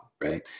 Right